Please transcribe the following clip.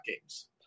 games